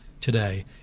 today